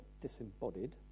disembodied